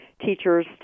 teachers